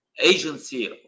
agency